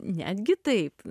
netgi taip